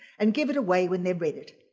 and give it away when they read it,